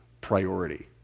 priority